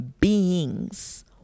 beings